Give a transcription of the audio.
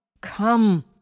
Come